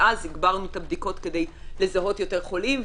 ואז הגברנו את הבדיקות כדי לזהות יותר חולים,